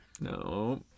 No